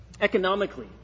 Economically